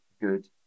good